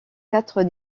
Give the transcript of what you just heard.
quatre